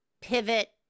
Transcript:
pivot